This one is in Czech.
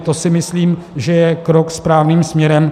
To si myslím, že je krok správným směrem.